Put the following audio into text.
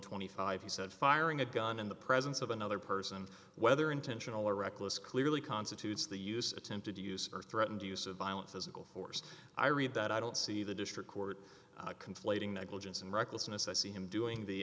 twenty five dollars he said firing a gun in the presence of another person whether intentional or reckless clearly constitutes the use attempted to use or threatened use of violence physical force i read that i don't see the district court conflating negligence and recklessness i see him doing the